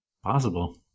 Possible